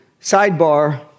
Sidebar